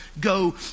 go